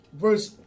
verse